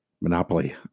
Monopoly